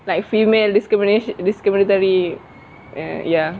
like female discrimination discriminatory uh ya